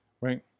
Right